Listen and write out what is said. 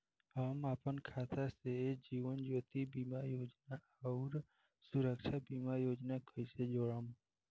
हम अपना खाता से जीवन ज्योति बीमा योजना आउर सुरक्षा बीमा योजना के कैसे जोड़म?